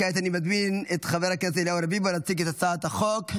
כעת אני מזמין את חבר הכנסת אליהו רביבו להציג את הצעת החוק.